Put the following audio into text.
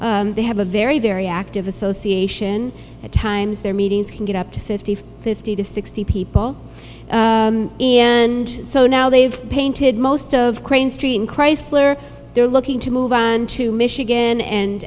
they have a very very active association at times their meetings can get up to fifty fifty to sixty people and so now they've painted most of crane street in chrysler they're looking to move onto michigan and